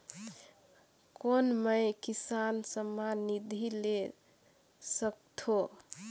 कौन मै किसान सम्मान निधि ले सकथौं?